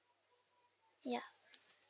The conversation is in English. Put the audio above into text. ya